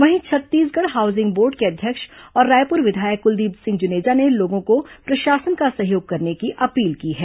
वहीं Chhattisgarh housing board के अध्यक्ष और रायपुर विधायक कुलदीप सिंह जुनेजा ने लोगों को प्रशासन का सहयोग करने की अपील की है